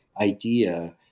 idea